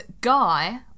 guy